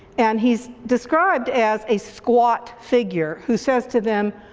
and he's describes as a squat figure, who says to them,